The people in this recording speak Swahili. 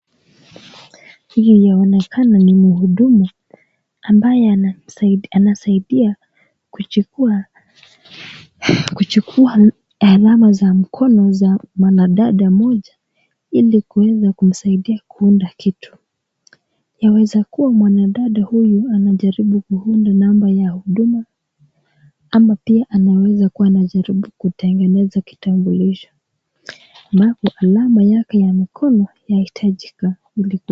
Inaonekana ni mhudumu ambaye anasaidia kuchukua, kuchukua alama za mkono za mwanadada mmoja ili kuweza kumsaidia kuunda kitu yaweza kuwa mwanadada huyu anajaribu kuunda namba ya huduma ama pia anaweza kuwa anajaribu kutengeneza kitambulisho ambapo alama yake ya mkono yahitajika kuli ...